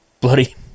bloody